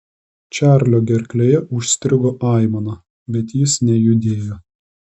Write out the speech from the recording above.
čarlio gerklėje užstrigo aimana bet jis nejudėjo